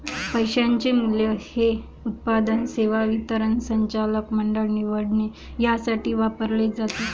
पैशाचे मूल्य हे उत्पादन, सेवा वितरण, संचालक मंडळ निवडणे यासाठी वापरले जाते